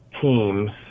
teams